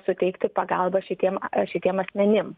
suteikti pagalbą šitiem šitiem asmenim